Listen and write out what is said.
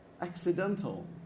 accidental